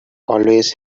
always